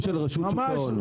אלה נתונים של רשות שוק ההון.